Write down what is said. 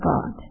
God